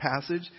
passage